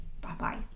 bye-bye